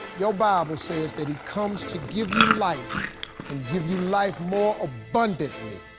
your bible says that he comes to give you life and give you life more abundantly.